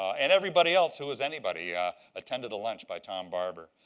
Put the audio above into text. and everybody else who has anybody attended a lunch by tom barbour.